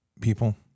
people